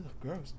gross